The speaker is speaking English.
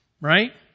Right